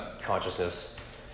consciousness